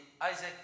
Isaac